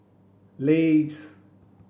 Lays